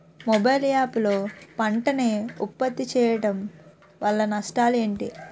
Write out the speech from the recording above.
Mobile app లో పంట నే ఉప్పత్తి చేయడం వల్ల నష్టాలు ఏంటి?